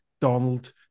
Donald